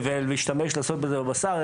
ולהשתמש בבשר,